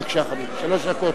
בבקשה, שלוש דקות.